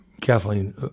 Kathleen